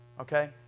okay